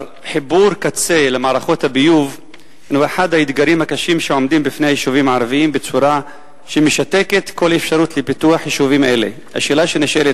להערכתנו היקף הבעיה הינו משמעותי ועשוי להסתכם באלפי מבנים,